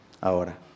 Ahora